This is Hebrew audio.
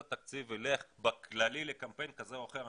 תקציב יילך בכללי לקמפיין כזה או אחר,